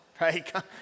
right